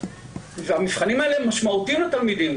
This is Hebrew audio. והמבחנים האלה משמעותיים לתלמידים,